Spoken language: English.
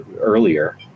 earlier